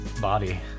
body